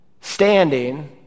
standing